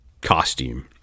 costume